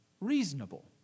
reasonable